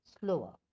slower